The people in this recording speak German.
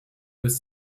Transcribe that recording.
des